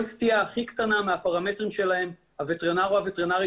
סטייה הכי קטנה מהפרמטרים שלהם הווטרינר או הווטרינרית